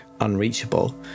unreachable